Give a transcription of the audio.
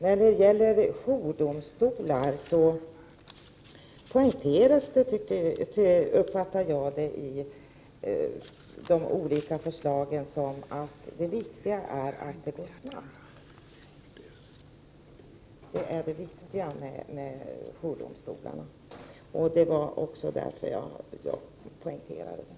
När det gäller jourdomstolar uppfattar jag det som att man i förslagen poängterar att det är viktigt att det går snabbt med hanteringen. Snabbheten är det viktiga med jourdomstolarna, och det är därför jag poängterar det.